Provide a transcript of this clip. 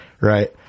right